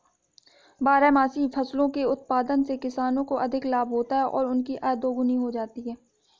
बारहमासी फसलों के उत्पादन से किसानों को अधिक लाभ होता है और उनकी आय दोगुनी हो जाती है